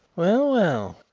well, well,